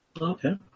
Okay